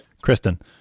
kristen